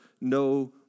no